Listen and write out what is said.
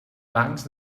bancs